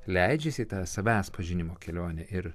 leidžiasi į tą savęs pažinimo kelionę ir